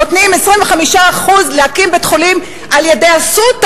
נותנים 25% להקים בית-חולים על-ידי "אסותא".